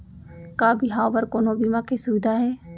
का बिहाव बर कोनो बीमा के सुविधा हे?